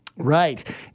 Right